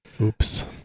Oops